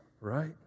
right